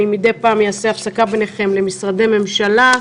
מידי פעם אעשה הפסקה ביניכם למשרדי ממשלה.